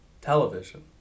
television